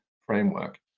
framework